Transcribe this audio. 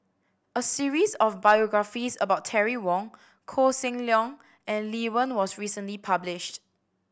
a series of biographies about Terry Wong Koh Seng Leong and Lee Wen was recently published